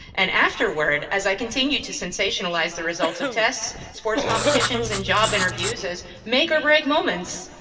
and afterward, as i continued to sensationalize the results of tests, sports competitions, and job interviews as make or break moments.